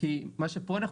אז האמת עכשיו,